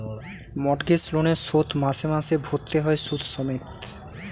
mortgage লোনের শোধ মাসে মাসে ভরতে হয় সুদ সমেত